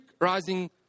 rising